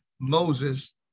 Moses